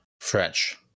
french